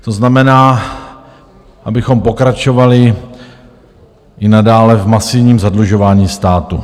To znamená, abychom pokračovali i nadále v masivním zadlužování státu.